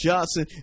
Johnson